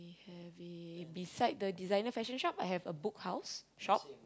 have a beside the designer fashion shop I have a Book House shop